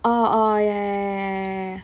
oh oh ya